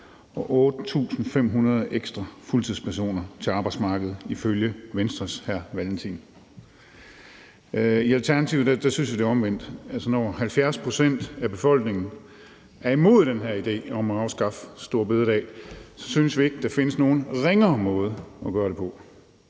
og 8.500 ekstra fuldtidspersoner ifølge Venstres hr. Kim Valentin. I Alternativet synes vi, det er omvendt. Når 70 pct. af befolkningen er imod den her idé om at afskaffe store bededag, så synes vi ikke, der findes nogen ringere måde at gøre det på.